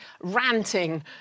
ranting